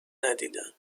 ندیدم